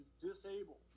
disable